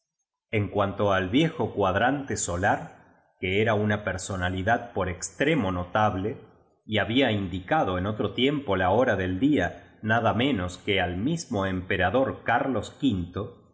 en cuanto al viejo cuadrante so ar que era una pesonalidad por extremo notable y había indicado en otro tiempo la hora del día nada ráenos que al mismo emperador carlos